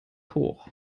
hoch